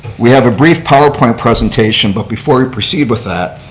we have a brief powerpoint presentation, but before we proceed with that,